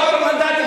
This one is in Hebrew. לא הכול מנדטים,